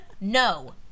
No